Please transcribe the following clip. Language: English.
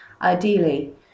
ideally